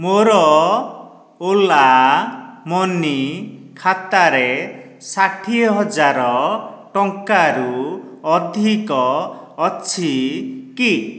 ମୋର Ola money ଖାତାରେ ଷାଠିଏ ହଜାର ଟଙ୍କାରୁ ଅଧିକ ଅଛି କି